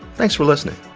thanks for listening